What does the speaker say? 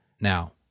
Now